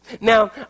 Now